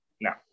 No